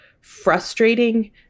frustrating